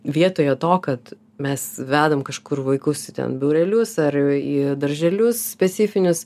vietoje to kad mes vedam kažkur vaikus į ten būrelius ar į darželius specifinius